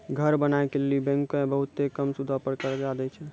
घर बनाय के लेली बैंकें बहुते कम सूदो पर कर्जा दै छै